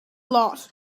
lot